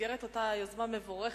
במסגרת אותה יוזמה מבורכת,